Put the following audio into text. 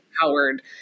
Howard